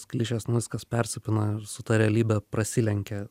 klišes nu viskas persipina su ta realybe prasilenkia